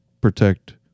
protect